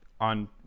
on